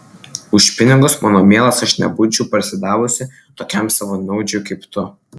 už pinigus mano mielas aš nebūčiau parsidavusi tokiam savanaudžiui kaip tu